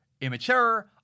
immature